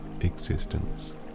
existence